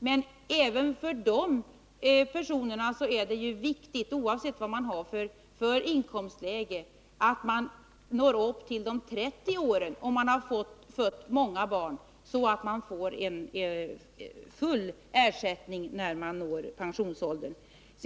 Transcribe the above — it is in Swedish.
Men även för de personerna är det viktigt, oavsett vad de har för inkomstläge, att de når upp till de 30 åren även om de har fött många barn, så att de får full ersättning när de når pensionsåldern.